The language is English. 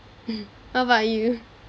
what about you